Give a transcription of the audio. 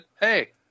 hey